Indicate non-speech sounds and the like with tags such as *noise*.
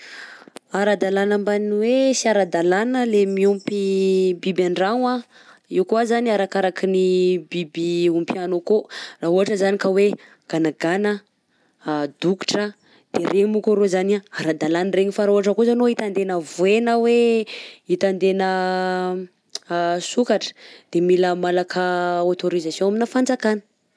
Aradalana mban'ny hoe sy aradalana le miompy biby an-dragno, io koa zany arakaraka ny biby ompianao akao raha ohatra zany ka hoe ganagana, *hesitation* dokotra de regny, mo ko arô zagny aradalana reny, fa ra ohatra kosa anao hitendagna voay na hoe hitendegna *hesitation* sokatra de mila malaka autorisation amina fanjakana.